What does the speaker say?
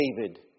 David